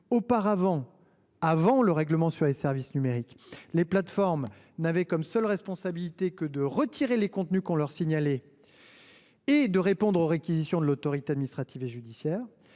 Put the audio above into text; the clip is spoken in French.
Avant l’adoption du règlement sur les services numériques, les plateformes avaient pour seule responsabilité de retirer les contenus qui leur étaient signalés et de répondre aux réquisitions des autorités administratives et judiciaires.